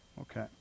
Okay